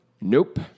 Nope